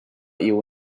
you